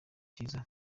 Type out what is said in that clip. cyiza